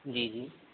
जी जी